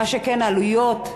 מה שכן, עלויות,